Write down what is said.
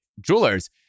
jewelers